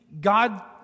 God